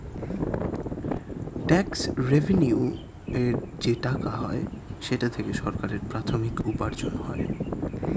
tax রেভেন্যুর যে টাকা হয় সেটা থেকে সরকারের প্রাথমিক উপার্জন হয়